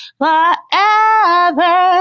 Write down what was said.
forever